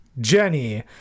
jenny